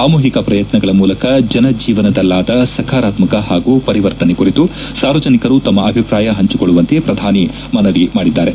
ಸಾಮೂಹಿಕ ಪ್ರಯತ್ಯಗಳ ಮೂಲಕ ಜನ ಜೀವನದಲ್ಲಾದ ಸಕಾರಾತ್ಯಕ ಹಾಗೂ ಪರಿವರ್ತನೆ ಕುರಿತು ಸಾರ್ವಜನಿಕರು ತಮ್ಮ ಅಭಿಪ್ರಾಯ ಪಂಚಿಕೊಳ್ಲುವಂತೆ ಪ್ರಧಾನಮಂತ್ರಿ ಮನವಿ ಮಾಡಿದ್ಲಾರೆ